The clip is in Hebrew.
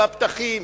מחזר על הפתחים,